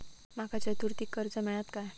माका चतुर्थीक कर्ज मेळात काय?